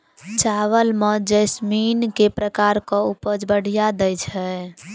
चावल म जैसमिन केँ प्रकार कऽ उपज बढ़िया दैय छै?